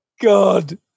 god